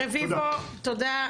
רביבו, תודה.